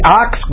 ox